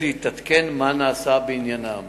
רצוני לשאול: 1. מה הוחלט בעניין הנערים